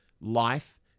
life